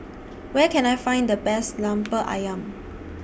Where Can I Find The Best Lemper Ayam